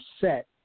set